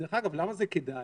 דרך אגב למה זה כדאי?